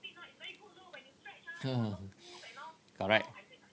correct